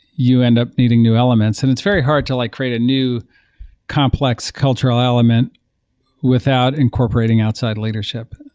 you end up needing new elements. and it's very hard to like create a new complex cultural element without incorporating outside leadership.